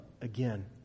again